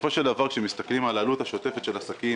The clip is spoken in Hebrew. בסופו של דבר כשמסתכלים על העלות השוטפת של עסקים,